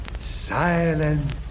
Silence